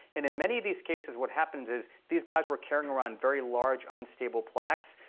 and in many of these cases, what happens is these guys were carrying around very large, unstable plaques.